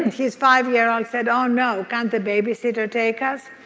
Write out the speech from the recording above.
and his five year old said, oh no, can't the babysitter take us?